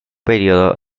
periodo